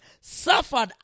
suffered